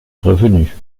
revenue